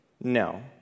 No